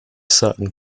certain